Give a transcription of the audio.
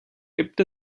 gibt